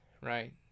right